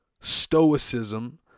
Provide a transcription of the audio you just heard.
stoicism